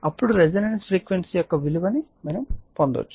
అప్పుడు resonance frequency యొక్క విలువ ను పొందుతారు